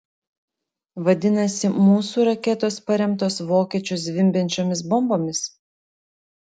vadinasi mūsų raketos paremtos vokiečių zvimbiančiomis bombomis